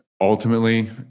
ultimately